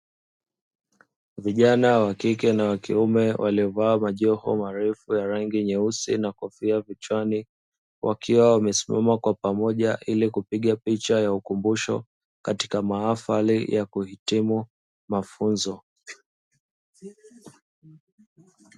Vijana wa kike na wa kiume waliovaa majoho marefu ya rangi nyeusi na kofia vichwani, wakiwa wamesimama kwa pamoja ili kupiga picha ya ukumbusho katika mahafari ya kuhitimu mafunzo.